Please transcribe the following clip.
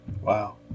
Wow